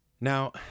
now